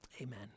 Amen